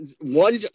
one